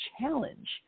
challenge